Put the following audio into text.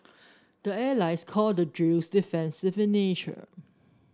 the allies call the drills defensive in nature